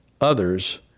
others